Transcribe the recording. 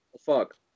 fuck